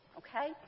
okay